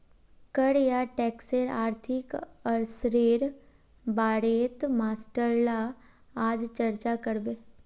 कर या टैक्सेर आर्थिक असरेर बारेत मास्टर ला आज चर्चा करबे